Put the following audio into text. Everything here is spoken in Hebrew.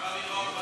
אפשר לראות,